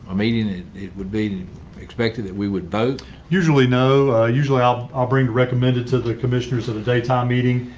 ah it it would be expected that we would vote usually no. usually i'll i'll bring recommend it to the commissioners at a daytime meeting.